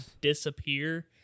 disappear